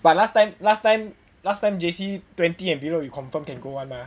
but last time last time last time J_C twenty and below you confirm can go [one] lah